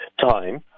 time